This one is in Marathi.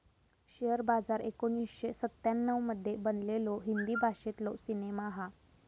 शेअर बाजार एकोणीसशे सत्त्याण्णव मध्ये बनलेलो हिंदी भाषेतलो सिनेमा हा